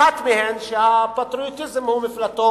אחת מהן היא שפטריוטיזם הוא מפלטו